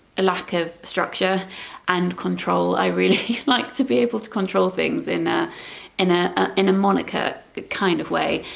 a lack of structure and control, i really like to be able to control things in ah and ah ah in a monica kind of way